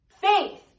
faith